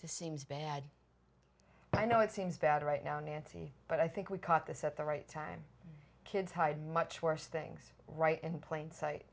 to seems bad i know it seems bad right now nancy but i think we caught this at the right time kids hide much worse things right and plain sight